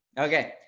okay,